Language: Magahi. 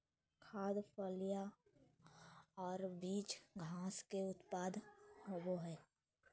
खाद्य, फलियां और बीज घास के उत्पाद होबो हइ